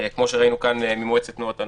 כפי שראינו כאן ממועצת תנועות הנוער.